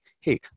hey